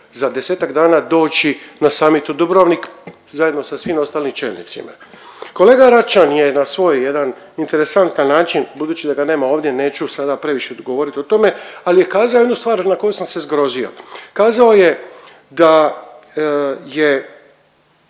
za 10-ak dana doći na summit u Dubrovnik zajedno sa svim ostalim čelnicima. Kolega Račan je na svoj jedan interesantan način, budući da ga nema ovdje, neću sada previše govoriti o tome, ali je kazao jednu stvar na koju sam se zgrozio. Kazao je da je